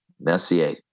Messier